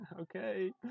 okay